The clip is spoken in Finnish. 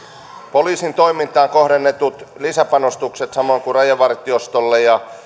poliisin toimintaan kohdennettuja lisäpanostuksia samoin kuin rajavartiostolle